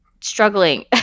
struggling